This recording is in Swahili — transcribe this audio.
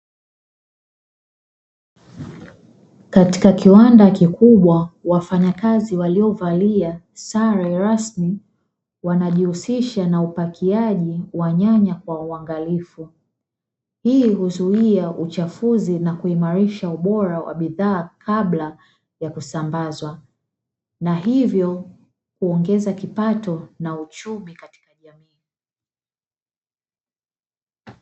Katika kiwanda kikubwa wafanyakazi waliovalia sare rasmi wanajihusisha na upakiaji wa nyanya kwa uangalifu, hii huzuzia uchafuzi na kuimarisha ubora wa bidhaa kabla ya kusambazwa na hivyo kuongeza kipato na uchumi.